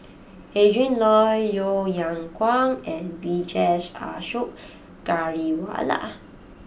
Adrin Loi Yeo Yeow Kwang and Vijesh Ashok Ghariwala